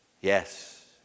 Yes